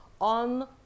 on